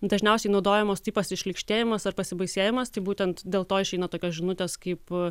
dažniausiai naudojamos tai pasišlykštėjimas ar pasibaisėjimas tai būtent dėl to išeina tokios žinutės kaip